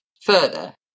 further